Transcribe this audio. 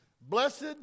Blessed